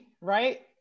right